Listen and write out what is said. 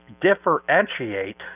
differentiate